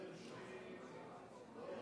בעד,